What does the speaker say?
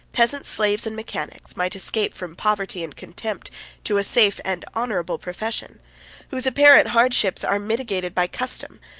peasants, slaves, and mechanics, might escape from poverty and contempt to a safe and honorable profession whose apparent hardships are mitigated by custom,